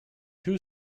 two